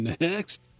Next